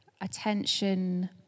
attention